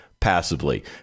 Passively